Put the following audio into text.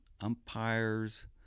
umpires